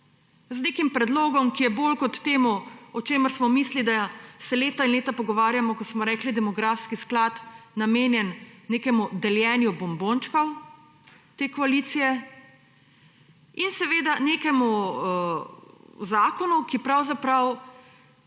z nekim predlogom, ki je bolj kot temu, o čemer smo mislili, da se leta in leta pogovarjamo, ko smo rekli demografski sklad, namenjen nekemu deljenju bombončkov te koalicije, in nekemu zakonu, ki pravzaprav